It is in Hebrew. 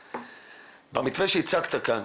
במקרה שהצגת כאן,